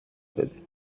بده